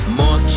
more